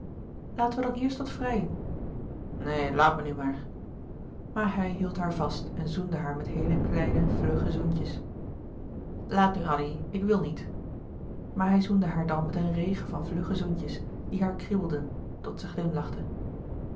laten we dan eerst wat vrijen neen laat me nu maar maar hij hield haar vast en zoende haar met heele kleine vlugge zoentjes laat nu addy ik wil niet maar hij zoende haar dan met een regen louis couperus de boeken der kleine zielen van vlugge zoentjes die haar kriebelden tot zij